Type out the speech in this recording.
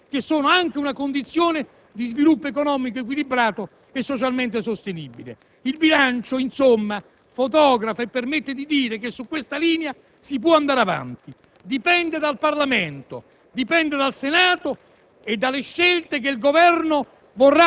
e di affermazione di quei diritti di cittadinanza, che sono anche una condizione di sviluppo economico equilibrato e socialmente sostenibile. Il bilancio, insomma, fotografa e permette di dire che su questa linea si può andare avanti; dipende dal Parlamento, dipende dal Senato